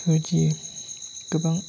बिदि गोबां